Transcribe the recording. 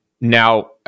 Now